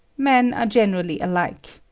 men are generally alike.